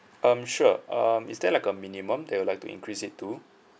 um sure um is there like a minimum that you would like to increase it to